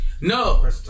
No